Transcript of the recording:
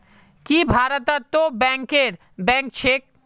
की भारतत तो बैंकरेर बैंक छेक